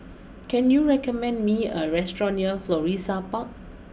can you recommend me a restaurant near Florissa Park